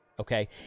Okay